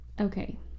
Okay